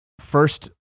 first